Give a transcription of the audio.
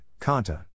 Kanta